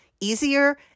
easier